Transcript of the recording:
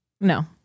No